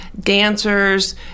dancers